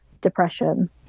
depression